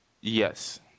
Yes